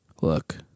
Look